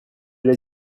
l’ai